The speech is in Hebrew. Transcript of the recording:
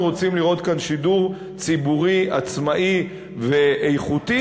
רוצים לראות כאן שידור ציבורי עצמאי ואיכותי,